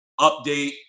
update